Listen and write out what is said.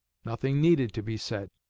nothing needed to be said.